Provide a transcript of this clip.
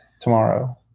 tomorrow